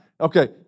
Okay